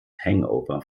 hangover